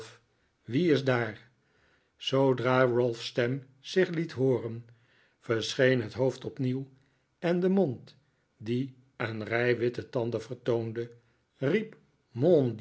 wie is daar zoodra ralph's stem zich liet hooren verscheen het hoofd opnieuw en de mond die een rij witte tanden vertoonde